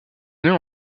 donné